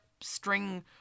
string